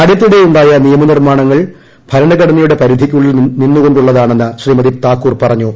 അടുത്തിടെയു ായ നിയമനിർമ്മാണങ്ങൾ ഭരണഘടനയുടെ പരിധിക്കുള്ളിൽ നിന്നുക്കൊ ുളളതാണെന്ന് ശ്രീമതി താക്കൂർ പറഞ്ഞു